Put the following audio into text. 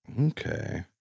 Okay